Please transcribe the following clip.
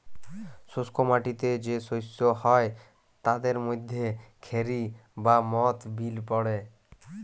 শুস্ক মাটিতে যে শস্য হ্যয় তাদের মধ্যে খেরি বা মথ বিল পড়ে